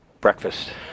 breakfast